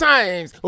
Times